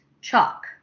chalk